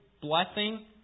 blessing